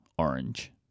Orange